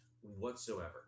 whatsoever